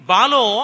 Balo